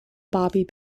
bobby